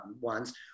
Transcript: ones